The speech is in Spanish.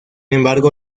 embargo